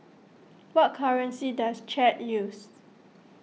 what currency does Chad used